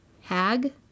Hag